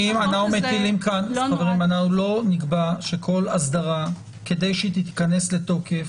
לא נקבע שכל אסדרה כדי שתיכנס לתוקף,